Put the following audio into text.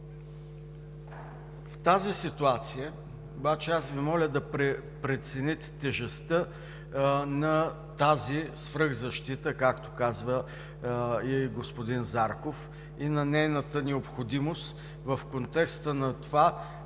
В тази ситуация обаче аз Ви моля да прецените тежестта на тази свръхзащита, както казва и господин Зарков, и на нейната необходимост в контекста на това